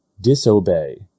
disobey